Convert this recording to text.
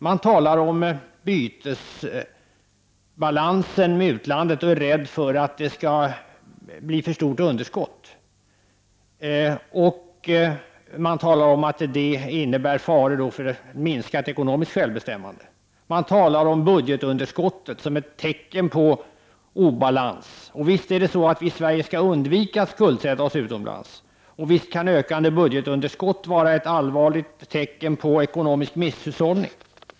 Man talar om bytesbalansen med utlandet och är rädd för att det skall bli för stort underskott och att detta innebär en risk för ett minskat ekonomiskt självbestämmande. Man talar om budgetunderskottet som ett tecken på obalans. Visst skall vi i Sverige undvika att skuldsätta oss utomlands, och visst kan ett ökande budgetunderskott vara ett allvarligt tecken på ekonomisk misshushållning.